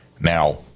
Now